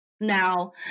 Now